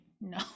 no